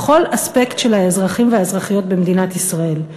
בכל אספקט של האזרחים והאזרחיות במדינת ישראל.